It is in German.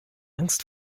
angst